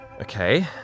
Okay